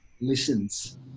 listens